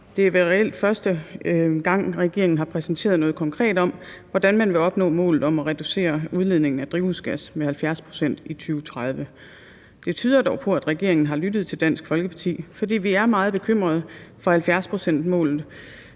Det er vel reelt første gang, regeringen har præsenteret noget konkret om, hvordan man vil opnå målet om at reducere udledningen af drivhusgas med 70 pct. i 2030. Det tyder dog på, at regeringen har lyttet til Dansk Folkeparti, for vi er meget bekymrede for 70-procentsmålet,